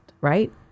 right